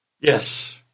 Yes